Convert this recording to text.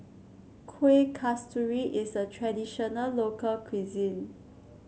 Kuih Kasturi is a traditional local cuisine